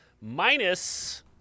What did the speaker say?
minus